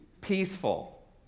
peaceful